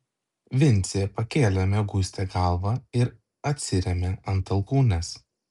vincė pakėlė mieguistą galvą ir atsirėmė ant alkūnės